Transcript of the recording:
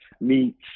meets